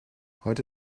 heute